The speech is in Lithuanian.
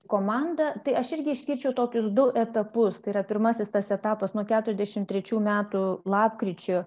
komanda tai aš irgi išskirčiau tokius du etapus tai yra pirmasis tas etapas nuo keturiasdešim trečių metų lapkričio